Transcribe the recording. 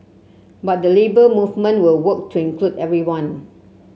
but the Labour Movement will work to include everyone